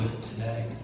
today